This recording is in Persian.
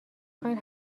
خواین